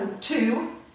two